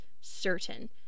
certain